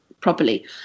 properly